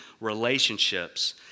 relationships